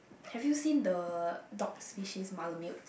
have you seen the dog species malamute